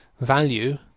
value